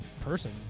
person